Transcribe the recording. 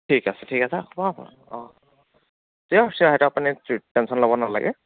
ঠিক আছে ঠিক আছে ছিয়'ৰ ছিয়'ৰ সেইটো আপুনি টি টেনশ্যন ল'ব নেলাগে